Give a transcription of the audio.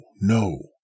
no